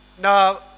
Now